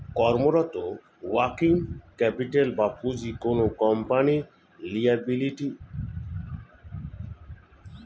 কর্মরত working capital বা পুঁজি কোনো কোম্পানির লিয়াবিলিটি